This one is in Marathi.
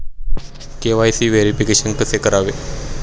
के.वाय.सी व्हेरिफिकेशन कसे करावे?